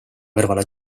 kõrvale